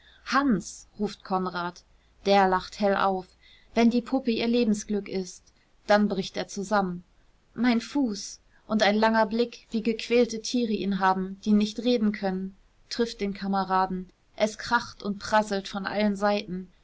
hans ruft konrad der lacht hell auf wenn die puppe ihr lebensglück ist dann bricht er zusammen mein fuß und ein langer blick wie gequälte tiere ihn haben die nicht reden können trifft den kameraden es kracht und prasselt von allen seiten